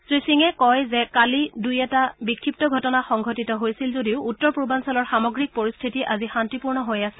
শ্ৰী সিঙে কয় যে কালি দুই এটা বিক্ষিপ্ত ঘটনা সংঘটিত হৈছিল যদিও উত্তৰ পূৰ্বাঞ্চলৰ সামগ্ৰিক পৰিস্থিতি আজি শান্তিপূৰ্ণ হৈ আছে